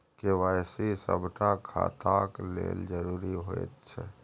KYC सभटा खाताक लेल जरुरी होइत छै